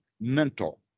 mental